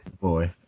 Boy